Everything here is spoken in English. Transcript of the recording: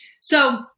So-